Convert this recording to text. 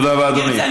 תודה רבה, אדוני.